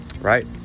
Right